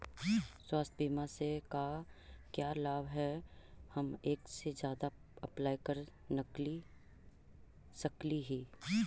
स्वास्थ्य बीमा से का क्या लाभ है हम एक से जादा अप्लाई कर सकली ही?